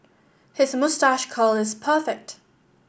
his moustache curl is perfect